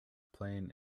playing